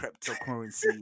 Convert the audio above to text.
cryptocurrency